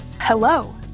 Hello